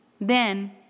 Then